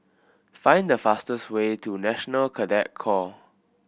find the fastest way to National Cadet Corps